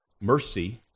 mercy